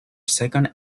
second